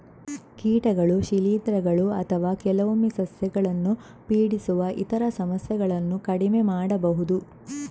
ಕೀಟಗಳು, ಶಿಲೀಂಧ್ರಗಳು ಅಥವಾ ಕೆಲವೊಮ್ಮೆ ಸಸ್ಯಗಳನ್ನು ಪೀಡಿಸುವ ಇತರ ಸಮಸ್ಯೆಗಳನ್ನು ಕಡಿಮೆ ಮಾಡಬಹುದು